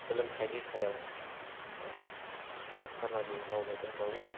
सोलोंथाइनि सायाव खामानि मावनो दंबावो